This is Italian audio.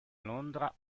londra